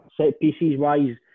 set-pieces-wise